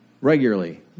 regularly